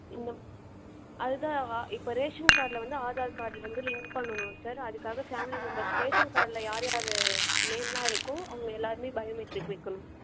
இந்த அதுதான் அ இப்போது ரேஷன் கார்டில் வந்து ஆதார் கார்டு வந்து லிங்க் பண்ணணும் சார் அதுக்காக ஃபேமிலி மெம்பெர்ஸ் ரேஷன் கார்டில் யார்யார் நேமெலாம் இருக்கோ அவங்க எல்லாேருமே பயோமெட்ரிக் வைக்கணும்